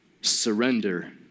surrender